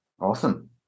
awesome